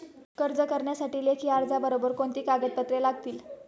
कर्ज करण्यासाठी लेखी अर्जाबरोबर कोणती कागदपत्रे लागतील?